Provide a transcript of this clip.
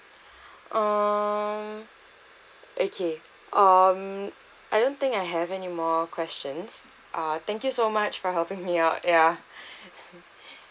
um okay um I don't think I have anymore questions uh thank you so much for helping me out ya